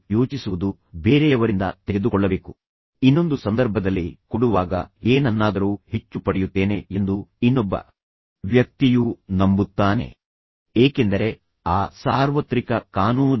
ನಾವು ಅವರಿಗೆ ತಂಡ ಕಾರ್ಯವನ್ನು ಸಹ ನೀಡಬಹುದು ಉದಾಹರಣೆಗೆ ನಿಮ್ಮೊಂದಿಗೆ ಟೆನಿಸ್ನಲ್ಲಿ ಡಬಲ್ಸ್ ಆಡಲು ಬೇರೊಬ್ಬರನ್ನು ಕರೆಯಬಹುದು ನಂತರ ನೀವು ಅವರನ್ನು ತಂಡದ ಪಾಲುದಾರರಾಗಿಸಬಹುದು